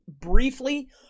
briefly